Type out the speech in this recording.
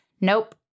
nope